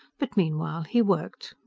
but meanwhile he worked.